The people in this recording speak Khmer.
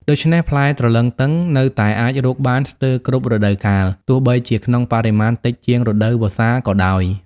ដូច្នេះ ផ្លែទ្រលឹងទឹងនៅតែអាចរកបានស្ទើរគ្រប់រដូវកាល ទោះបីជាក្នុងបរិមាណតិចជាងរដូវវស្សាក៏ដោយ។